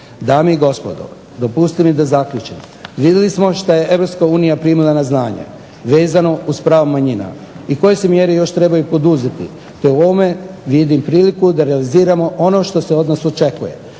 Dame i gospodo, dopustite mi da zaključim, vidjeli smo što je Europska unija primila na znanje vezano uz prava manjina i koje se mjere još trebaju poduzeti te u ovome vidim priliku da realiziramo ono što se od nas očekuje